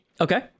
Okay